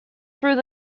through